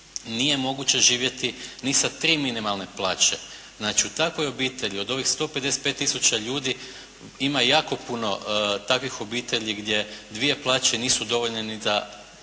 nije moguće živjeti ni sa tri minimalne plaće. Znači u takvoj obitelji od ovih 155 tisuća ljudi ima jako puno takvih obitelji gdje dvije plaće nisu dovoljne ni za